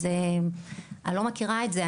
אז אני לא מכירה את זה,